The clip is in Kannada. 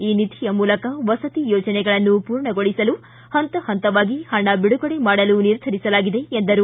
ಈ ನಿಧಿಯ ಮೂಲಕ ವಸತಿ ಯೋಜನೆಗಳನ್ನು ಪೂರ್ಣಗೊಳಸಲು ಹಂತ ಹಂತವಾಗಿ ಹಣ ಬಿಡುಗಡೆ ಮಾಡಲು ನಿರ್ಧರಿಸಲಾಗಿದೆ ಎಂದರು